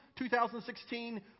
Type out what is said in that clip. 2016